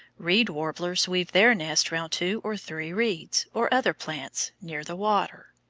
reed-warblers weave their nest round two or three reeds, or other plants, near the water.